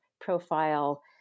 profile